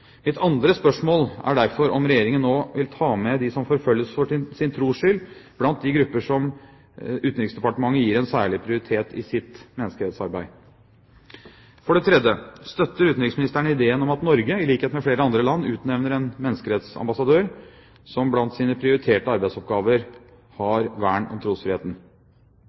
Mitt andre spørsmål er derfor om Regjeringen nå vil ta med dem som forfølges for sin tros skyld, blant de grupper som Utenriksdepartementet gir en særlig prioritet i sitt menneskerettsarbeid. For det tredje: Støtter utenriksministeren ideen om at Norge – i likhet med flere andre land – utnevner en menneskerettsambassadør, som blant sine prioriterte arbeidsoppgaver har vern om trosfriheten?